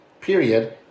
period